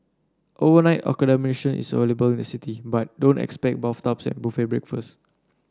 overnight accommodation is available in the city but don't expect bathtubs and buffet breakfasts